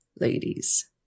Ladies